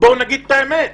בואו נגיד את האמת.